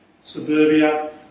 suburbia